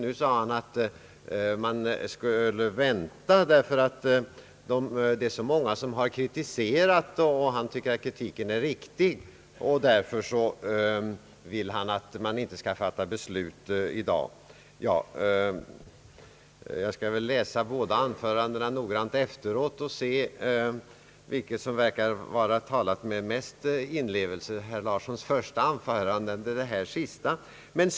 Nu sade han att man borde vänta därför att det är så många som har kritiserat förslaget. Han tycker att kritiken är riktig, och därför vill han att man inte skall fatta beslut redan i dag. Jag skall väl läsa båda anförandena noggrant efteråt och se vilket som verkar vara talat med störst inlevelse, herr Larssons första anförande eller det senaste.